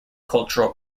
cultural